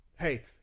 Hey